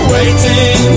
Waiting